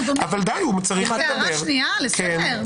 הערה שנייה לסדר?